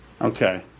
Okay